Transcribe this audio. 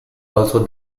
also